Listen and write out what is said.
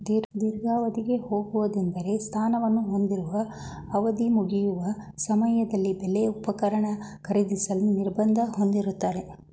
ದೀರ್ಘಾವಧಿಗೆ ಹೋಗುವುದೆಂದ್ರೆ ಸ್ಥಾನವನ್ನು ಹೊಂದಿರುವ ಅವಧಿಮುಗಿಯುವ ಸಮಯದಲ್ಲಿ ಬೆಲೆ ಉಪಕರಣ ಖರೀದಿಸಲು ನಿರ್ಬಂಧ ಹೊಂದಿರುತ್ತಾರೆ